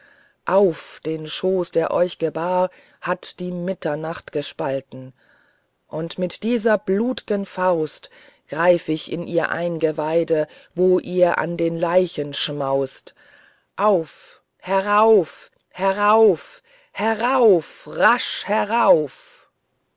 auf den schoß der euch gebar hat die mitternacht gespalten und mit dieser blut'gen faust greif ich in ihr eingeweide wo ihr an den leichen schmaust auf herauf herauf herauf rasch herauf